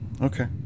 Okay